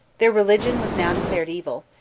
their religion was now declared evil,